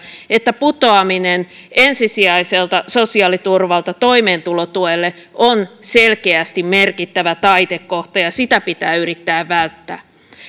että putoaminen ensisijaiselta sosiaaliturvalta toimeentulotuelle on selkeästi merkittävä taitekohta ja ja sitä pitää yrittää välttää